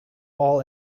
all